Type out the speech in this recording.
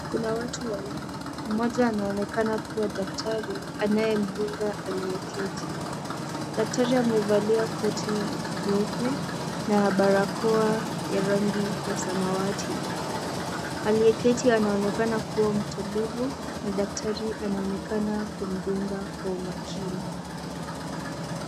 Kuna watu wawili, mmoja anaonekana kuwa daktari anayemdunga aliyeketi ,daktari amevalia koti nyeupe na barakoa ya rangi ya samawati aliyeketi anaonekana kuwa mtulivu, daktali anaonekana kumdunga kwa umakini.